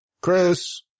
Chris